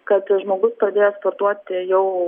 kad žmogus pradėjęs sportuoti jau